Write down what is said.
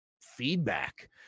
feedback